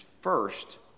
first